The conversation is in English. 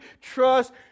trust